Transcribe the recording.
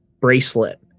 bracelet